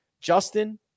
Justin